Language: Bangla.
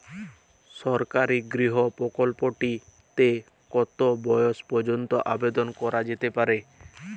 সরকারি গৃহ প্রকল্পটি তে কত বয়স পর্যন্ত আবেদন করা যেতে পারে?